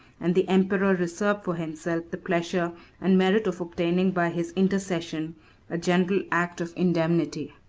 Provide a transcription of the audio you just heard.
and the emperor reserved for himself the pleasure and merit of obtaining by his intercession a general act of indemnity.